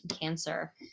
cancer